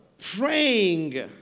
praying